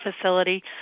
facility